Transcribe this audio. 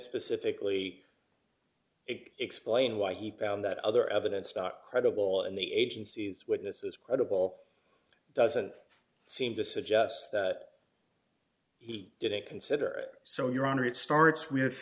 specifically explain why he found that other evidence not credible and the agencies witnesses credible doesn't seem to suggest that he didn't consider it so your honor it starts with